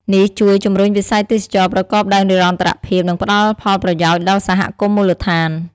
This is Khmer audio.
នេះជួយ ជំរុញវិស័យទេសចរណ៍ប្រកបដោយនិរន្តរភាព និងផ្តល់ផលប្រយោជន៍ដល់សហគមន៍មូលដ្ឋាន។